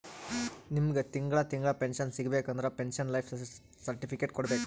ನಿಮ್ಮಗ್ ತಿಂಗಳಾ ತಿಂಗಳಾ ಪೆನ್ಶನ್ ಸಿಗಬೇಕ ಅಂದುರ್ ಪೆನ್ಶನ್ ಲೈಫ್ ಸರ್ಟಿಫಿಕೇಟ್ ಕೊಡ್ಬೇಕ್